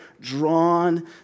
drawn